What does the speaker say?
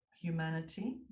humanity